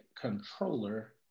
controller